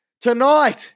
Tonight